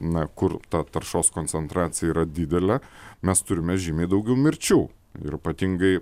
na kur ta taršos koncentracija yra didelė mes turime žymiai daugiau mirčių ir ypatingai